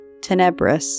Tenebris